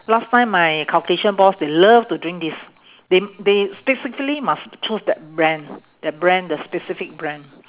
last time my caucasian boss they love to drink this they they specifically must choose that brand that brand the specific brand